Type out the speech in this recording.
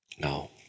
No